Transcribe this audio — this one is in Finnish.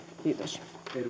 kiitos